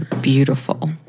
beautiful